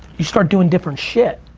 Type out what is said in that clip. you start doing different shit.